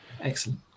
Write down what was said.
excellent